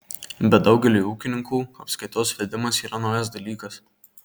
bet daugeliui ūkininkų apskaitos vedimas yra naujas dalykas